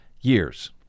years